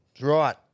Right